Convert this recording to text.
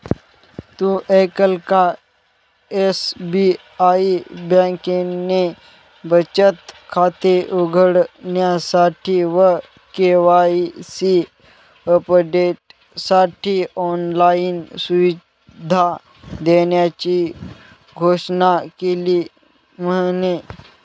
तु ऐकल का? एस.बी.आई बँकेने बचत खाते उघडण्यासाठी व के.वाई.सी अपडेटसाठी ऑनलाइन सुविधा देण्याची घोषणा केली म्हने